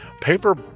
Paper